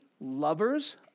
lovers